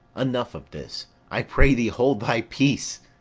enough of this. i pray thee hold thy peace.